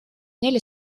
neile